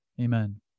Amen